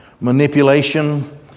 manipulation